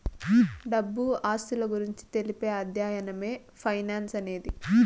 డబ్బు ఆస్తుల గురించి తెలిపే అధ్యయనమే ఫైనాన్స్ అనేది